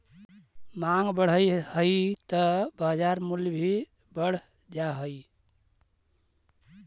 माँग बढ़ऽ हइ त बाजार मूल्य भी बढ़ जा हइ